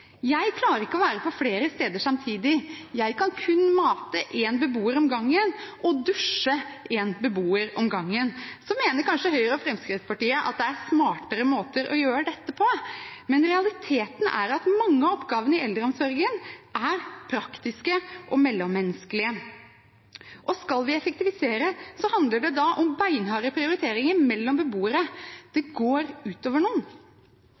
Jeg klarer ikke å være på flere steder samtidig, jeg kan kun mate én beboer om gangen og dusje én beboer om gangen. Så mener kanskje Høyre og Fremskrittspartiet at det er smartere måter å gjøre dette på, men realiteten er at mange av oppgavene i eldreomsorgen er praktiske og mellommenneskelige. Skal vi effektivisere, handler det da om beinharde prioriteringer mellom beboere. Det går ut over noen.